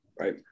right